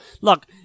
Look